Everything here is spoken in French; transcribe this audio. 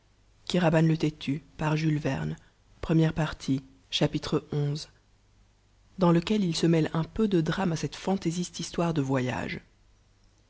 xi dans lequel il se mêle un peu de drame a cette fantaisiste histoire de voyage